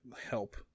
help